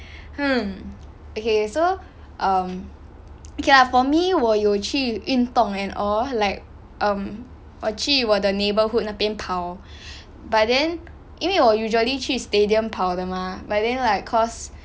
hmm okay so um okay lah for me 我有去运动 and all like um 我去我的 neighbourhood 那边跑 but then 因为我 usually 去 stadium 跑的 mah but then like cause